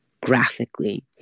graphically